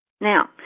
Now